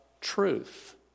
truth